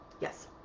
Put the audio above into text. yes